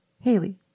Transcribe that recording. Haley